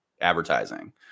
advertising